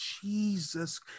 jesus